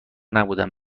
نبودم